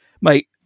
Mate